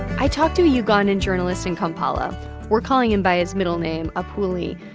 i talked to a ugandan journalist in kampala we're calling him by his middle name apuuli.